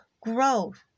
growth